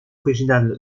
originales